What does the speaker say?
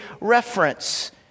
reference